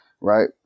Right